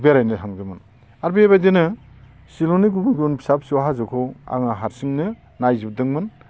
बेरायनो थांदोंमोन आर बेबायदिनो शिलंनि गुबुन गुबुन फिसा फिसौ हाजोखौ आं हारसिंनो नायजोबदोंमोन